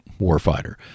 Warfighter